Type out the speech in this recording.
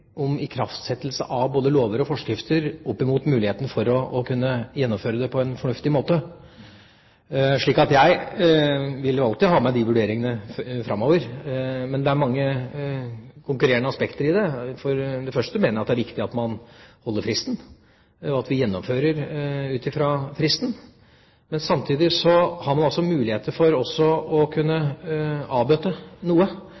om ikraftsettelse av både lover og forskrifter opp mot muligheten for å kunne gjennomføre det på en fornuftig måte; jeg vil jo alltid ha med meg de vurderingene framover. Men det er mange konkurrerende aspekter i det. For det første mener jeg det er viktig at man holder fristen, og at man gjennomfører ut fra fristen. Samtidig har man altså muligheter for å kunne avbøte noe.